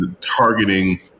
targeting